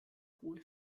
hohe